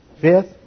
Fifth